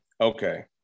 okay